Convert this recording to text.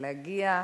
להגיע,